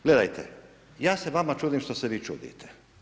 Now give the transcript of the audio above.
Gledajte, ja se vama čudim što se vi čudite.